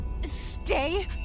stay